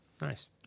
Nice